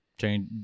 change